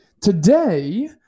Today